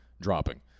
dropping